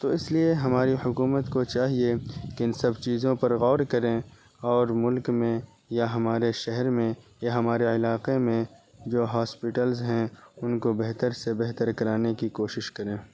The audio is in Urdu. تو اس لیے ہماری حکومت کو چائیے کہ ان سب چیزوں پر غور کریں اور ملک میں یا ہمارے شہر میں یا ہمارے علاقے میں جو ہاسپیٹلز ہیں ان کو بہتر سے بہتر کرانے کی کوشش کریں